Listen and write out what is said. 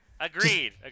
Agreed